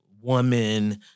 woman